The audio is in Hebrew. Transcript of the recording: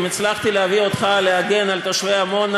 אם הצלחתי להביא אותך להגן על תושבי עמונה,